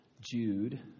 Jude